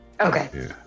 Okay